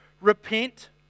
Repent